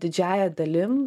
didžiąja dalim